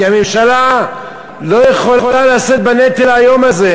כי הממשלה לא יכולה לשאת בנטל האיום זה,